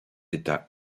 états